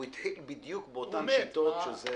הוא התחיל בדיוק באותן שיטות.